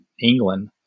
England